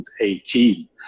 2018